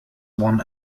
won